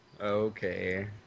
Okay